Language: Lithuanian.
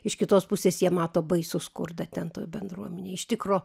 iš kitos pusės jie mato baisų skurdą ten toj bendruomenėj iš tikro